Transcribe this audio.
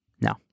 No